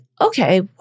okay